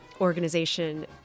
organization